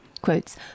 Quotes